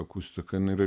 akustika jinai yra